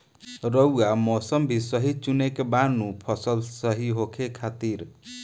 रऊआ मौसम भी सही चुने के बा नु फसल सही होखे खातिर